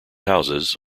houses